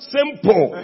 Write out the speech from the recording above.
Simple